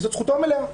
וזאת זכותו המלאה.